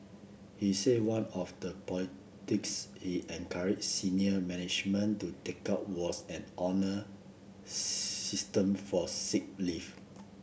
he said one of the he encouraged senior management to take up was an honour system for sick leave